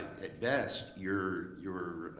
at best, you're you're